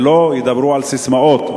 ולא ידברו בססמאות.